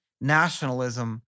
nationalism